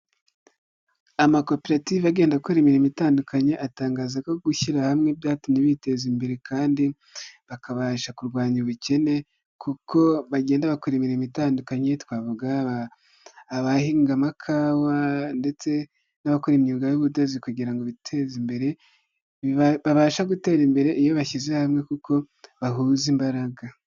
Amakoperative agenda akora imirimo itandukanye atangaza ko gushyira hamwe byatumye biteza imbere kandi, bakabasha kurwanya ubukene kuko bagenda bakora imirimo itandukanye, twavuga abahinga amakawa ndetse n'abakora imyuga y'ubudozi kugira ngo biteze imbere, babashe gutera imbere iyo bashyize hamwe, kuko bahuza imbaraga.